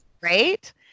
right